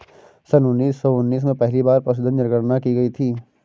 सन उन्नीस सौ उन्नीस में पहली बार पशुधन जनगणना की गई थी